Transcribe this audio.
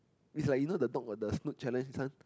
is like you know the dog got the snoot challenge this one